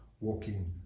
walking